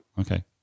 okay